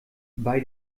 bei